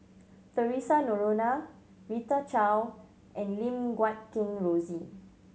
Theresa Noronha Rita Chao and Lim Guat Kheng Rosie